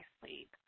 sleep